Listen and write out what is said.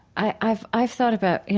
i've i've thought about, you